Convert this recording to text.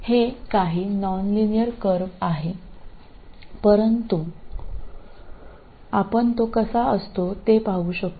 ഇത് ചില non linear curve ആണ് എന്നാൽ അത് എങ്ങനെ പ്രവർത്തിക്കുന്നുവെന്ന് നമുക്ക് കാണാൻ കഴിയും